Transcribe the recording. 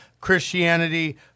Christianity